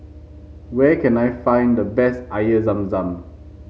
where can I find the best Air Zam Zam